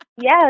yes